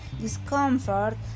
discomfort